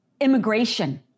immigration